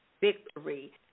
victory